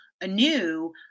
anew